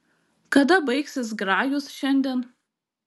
kada baigsis grajus šiandien